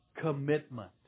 commitment